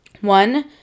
one